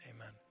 Amen